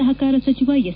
ಸಹಕಾರ ಸಚಿವ ಎಸ್